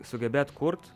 sugebėt kurt